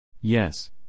Yes